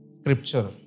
scripture